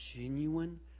genuine